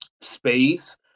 space